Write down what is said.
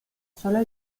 solo